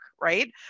right